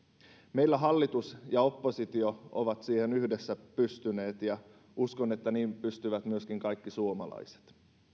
meillä hallitus ja oppositio ovat siihen yhdessä pystyneet ja uskon että niin pystyvät myöskin kaikki suomalaiset